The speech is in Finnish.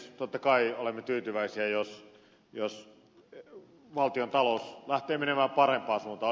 totta kai olemme tyytyväisiä jos valtiontalous lähtee menemään parempaan suuntaan